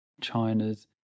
China's